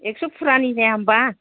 एक्स' फुरानि जाया होमबा